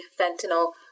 fentanyl